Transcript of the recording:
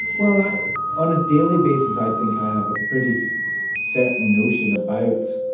well, i on a daily basis, i think i have a pretty certain notion about,